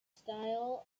style